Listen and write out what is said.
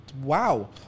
Wow